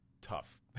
tough